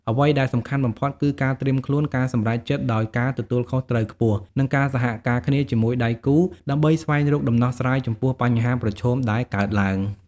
អ្វីដែលសំខាន់បំផុតគឺ ការត្រៀមខ្លួន ការសម្រេចចិត្តដោយការទទួលខុសត្រូវខ្ពស់ និងការសហការគ្នាជាមួយដៃគូ ដើម្បីស្វែងរកដំណោះស្រាយចំពោះបញ្ហាប្រឈមដែលកើតឡើង។